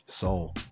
Soul